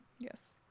Yes